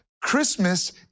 Christmas